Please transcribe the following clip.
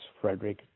Frederick